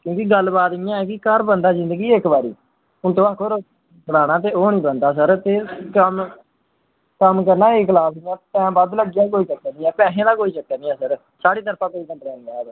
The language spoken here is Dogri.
ते गल्ल बात इंया कि घर बनदा इक्क बारी हून तुस आक्खो हून बनाना ते ओह् निं बनदा सर कम्म करना ए क्लॉस टाईम बद्ध लग्गी जाह्ग कोई चक्कर निं पैसें दा कोई चक्कर निं ऐ सर साढ़ी तरफा कोई कम्पलेन निं आह्ग